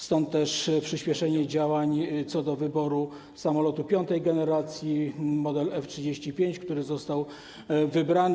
Stąd też przyspieszenie działań co do wyboru samolotu piątej generacji, modelu F-35, który został wybrany.